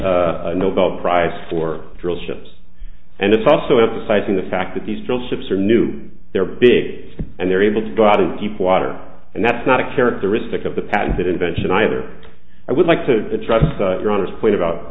not a nobel prize for drillships and it's also emphasizing the fact that these still ships are new they're big and they're able to go out of deep water and that's not a characteristic of the patented invention either i would like to address your honor's point about